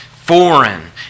foreign